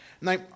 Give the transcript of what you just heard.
now